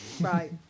Right